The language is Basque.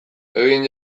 egin